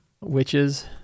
Witches